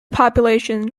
population